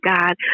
God